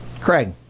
Craig